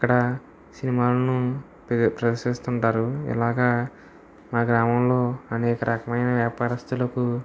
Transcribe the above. ఇక్కడ సినిమాలను press press చేస్తుంటారు ఇలాగా మా గ్రామంలో అనేక రకమైన వ్యాపారస్తులకు